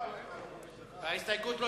ההסתייגות של חבר הכנסת נחמן שי לסעיף 13,